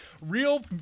Real